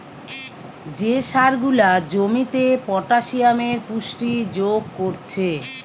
যে সার গুলা জমিতে পটাসিয়ামের পুষ্টি যোগ কোরছে